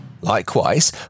Likewise